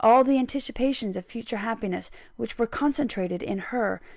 all the anticipations of future happiness which were concentrated in her,